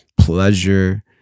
pleasure